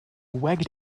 wagged